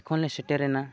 ᱠᱷᱚᱱᱞᱮ ᱥᱮᱴᱮᱨᱮᱱᱟ